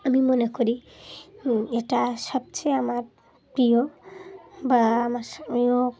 আমি মনে করি এটা সবচেয়ে আমার প্রিয় বা আমার স্বামিও